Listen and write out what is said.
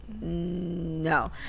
No